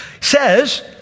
says